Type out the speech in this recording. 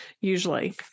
usually